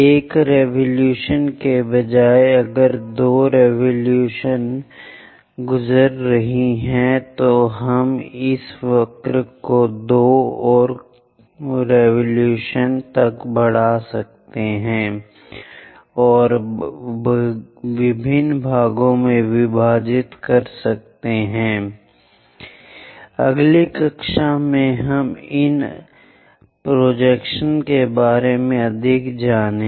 एक क्रांति के बजाय अगर दो क्रांतियां गुजर रही हैं तो हम इस वक्र को दो और क्रांतियों तक बढ़ाकर कई और भागों में विभाजित करके आसानी से इसे जोड़ने जा रहे हैं इसके साथ हम शंक्वाकार खंडों को बंद कर रहे हैं